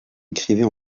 écrivait